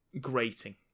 grating